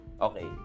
Okay